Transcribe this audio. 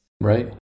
Right